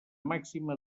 màxima